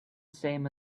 same